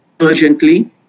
urgently